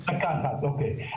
אוקיי.